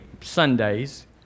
Sundays